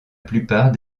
plupart